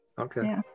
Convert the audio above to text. Okay